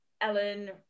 Ellen